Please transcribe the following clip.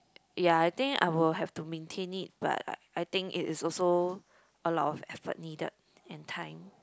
ya I think I will have to maintain it but I think it is also a lot of effort needed and time